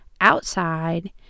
outside